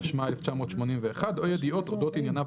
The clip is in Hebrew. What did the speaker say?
התשמ"א-1981 או ידיעות אודות ענייניו